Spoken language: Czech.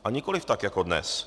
A nikoliv tak jako dnes.